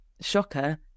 shocker